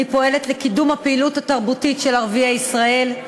פועלת לקידום הפעילות התרבותית של ערביי ישראל,